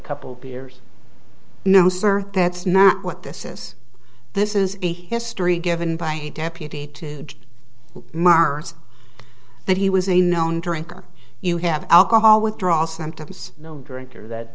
couple beers no sir that's not what this says this is a history given by a deputy to mars that he was a known drinker you have alcohol withdrawal symptoms no drinker that